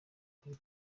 kuri